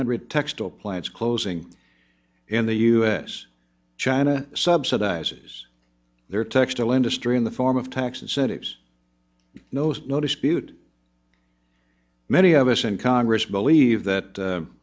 hundred textile plants closing in the u s china subsidizes their textile industry in the form of tax incentives knows no dispute many of us in congress believe that